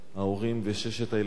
ההורים וששת הילדים.